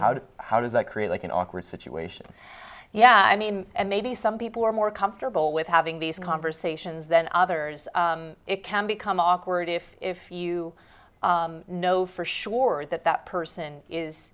does how does that create like an awkward situation yeah i mean and maybe some people are more comfortable with having these conversations than others it can become awkward if if you know for sure that that person is